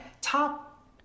top